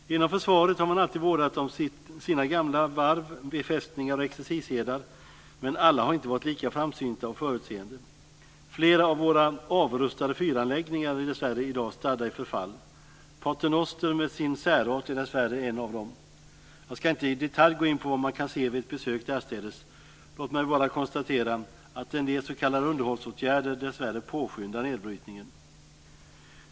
Inom försvaret har man alltid vårdat sig om sina gamla varv, befästningar och exercishedar. Men alla har inte varit lika framsynta och förutseende. Flera av våra avrustade fyranläggningar är dessvärre i dag stadda i förfall. Pater Noster med sin särart är dessvärre en av dem. Jag ska inte i detalj gå in på vad man kan se vid ett besök därstädes. Låt mig bara konstatera att en del s.k. underhållsåtgärder dessvärre påskyndar nedbrytningen.